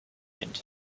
end